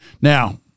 Now